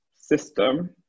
system